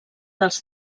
dels